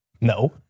No